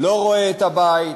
לא רואה את הבית.